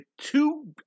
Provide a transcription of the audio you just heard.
two